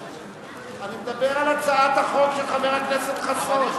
אני מדבר על הצעת החוק של חבר הכנסת חסון.